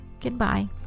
goodbye